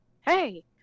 hey